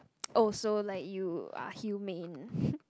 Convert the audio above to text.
oh so like you are humane